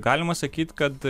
galima sakyt kad